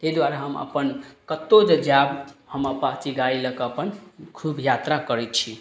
तै दुआरे हम अपन कतहु जे जायब हम अपाचे गाड़ी लअ कऽ अपन खूब यात्रा करय छी